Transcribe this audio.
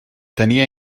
tenia